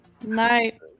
night